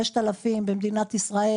5,000 במדינת ישראל,